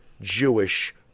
jewish